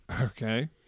Okay